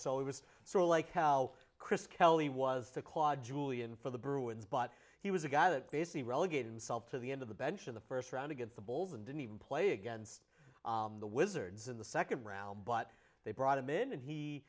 so it was sort of like how chris kelly was the quad julien for the bruins but he was a guy that basically relegated unsolved to the end of the bench of the first round against the bulls and didn't even play against the wizards in the second round but they brought him in and he